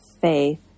faith